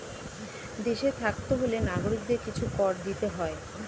দেশে থাকতে হলে নাগরিকদের কিছু কর দিতে হয়